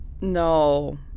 No